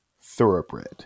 thoroughbred